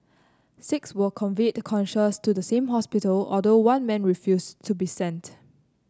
six were conveyed conscious to the same hospital although one man refused to be sent